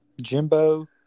Jimbo